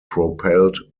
propelled